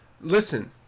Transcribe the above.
Listen